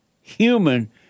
human